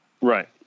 Right